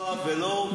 המקצוע ולא דרך התקציב.